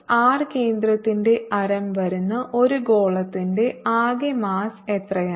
R കേന്ദ്രത്തിന്റെ ആരം വരുന്ന ഒരു ഗോളത്തിന്റെ ആകെ മാസ്സ് എത്രയാണ്